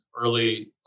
early